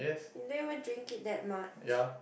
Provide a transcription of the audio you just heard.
you never even drink it that much